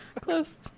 Close